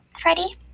Freddie